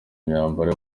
imyambaro